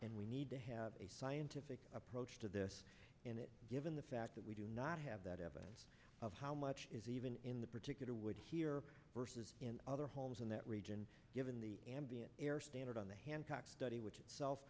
and we need to have a scientific approach to this and that given the fact that we do not have that evidence of how much is even in the particular wood here versus in other homes in that region given the ambient air standard on the hancock study which itself